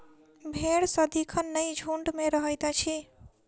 भेंड़ सदिखन नै झुंड मे रहैत अछि